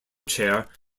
chair